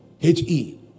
H-E